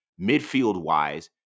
Midfield-wise